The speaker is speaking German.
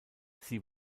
sie